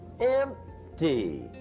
empty